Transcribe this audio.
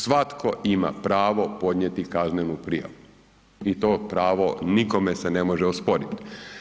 Svatko ima pravo podnijeti kaznenu prijavu i to pravo nikome se ne može osporiti.